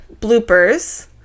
Bloopers